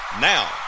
Now